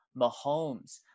Mahomes